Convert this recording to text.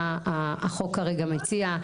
מה החוק כרגע מציע.